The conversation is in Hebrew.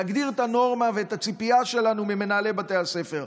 להגדיר את הנורמה ואת הציפייה שלנו ממנהלי בתי הספר.